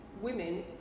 Women